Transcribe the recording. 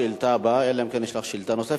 השאילתא הבאה, אלא אם כן יש לך שאלה נוספת,